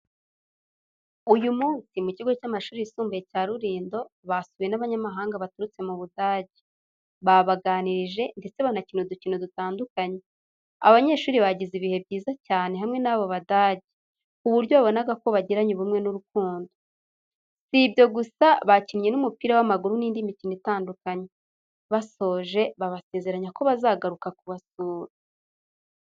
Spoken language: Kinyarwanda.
Uyu munsi mu kigo cy’amashuri yisumbuye cya Rulindo, basuwe n’abanyamahanga baturutse mu Budage. Babaganirije, ndetse banakina udukino dutandukanye. Abanyeshuri bagize ibihe byiza cyane hamwe n’abo Badage, ku buryo wabonaga ko bagiranye ubumwe n’urukundo. Si ibyo gusa, bakinnye n’umupira w’amaguru n’indi mikino itandukanye. Basoje babasezeranya ko bazagaruka kubasura.